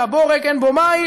הבור ריק ואין בו מים.